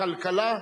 הכלכלה נתקבלה.